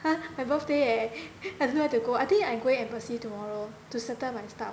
!huh! my birthday eh I don't know where to go I think I going embassy tomorrow to settle my stuff